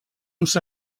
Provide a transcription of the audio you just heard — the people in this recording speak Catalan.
uns